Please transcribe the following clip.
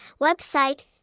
website